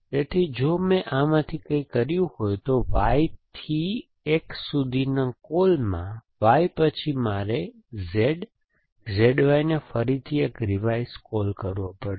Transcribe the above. તેથી જો મેં આમાંથી કંઈક કર્યું હોય તો y થી x સુધીના કૉલમાં y પછી મારે Z ZY ને ફરીથી એક રિવાઇઝ કૉલ કરવો પડશે